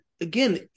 again